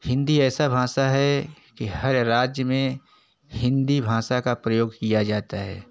हिंदी ऐसी भाषा है कि हर राज्य में हिंदी भाषा का प्रयोग किया जाता है